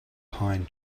pine